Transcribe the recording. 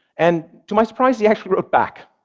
and to my surprise, he actually wrote back.